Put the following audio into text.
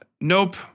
nope